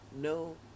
no